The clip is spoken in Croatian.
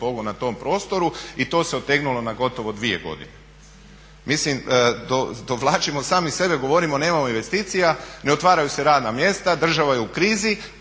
na tom prostoru i to se otegnulo na gotovo dvije godine. Mislim dovlačimo sami sebe, govorimo nemamo investicija, ne otvaraju se radna mjesta, država je u krizi